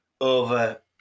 over